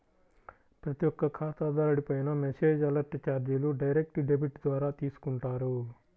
ప్రతి ఒక్క ఖాతాదారుడిపైనా మెసేజ్ అలర్ట్ చార్జీలు డైరెక్ట్ డెబిట్ ద్వారా తీసుకుంటారు